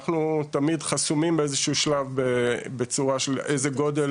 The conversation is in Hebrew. אנחנו תמיד חסומים בשלב מסוים של גודל